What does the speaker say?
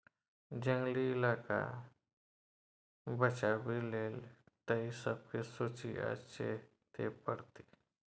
जंगली इलाका बचाबै लेल तए सबके सोचइ आ चेतै परतै